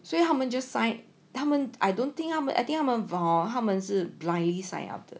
所以他们就 sign 他们 I don't think I'm I think 他们是 blindly sign up 的